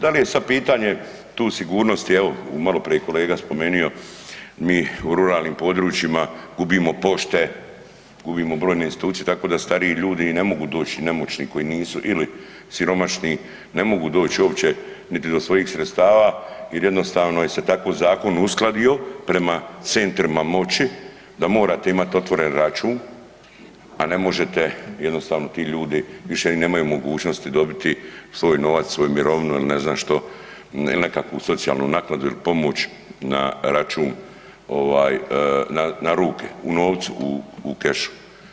Da li je sad pitanje tu sigurnosti, evo maloprije kolega je spomenu mi u ruralnim područjima gubimo pošte, gubimo brojne institucije tako da stariji ljudi i ne mogu doći i nemoćni koji nisu ili siromašni, ne mogu doći uopće niti do svojih sredstava jer jednostavno je se tako zakon uskladio prema centrima moći da morate imati otvoren račun, a ne možete, jednostavno ti ljudi više ni nemaju mogućnosti dobiti svoj novac, svoju mirovinu ili ne znam što ili nekakvu socijalnu naknadu ili pomoć na račun ovaj na ruke u novcu, u kešu.